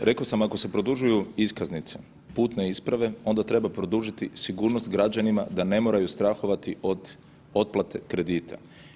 Ok, rekao sam ako se produžuju iskaznice, putne isprave onda treba produžiti sigurnost građanima da ne moraju strahovati od otplate kredita.